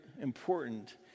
important